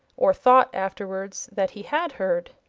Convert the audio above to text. or thought afterwards that he had heard.